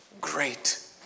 great